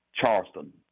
Charleston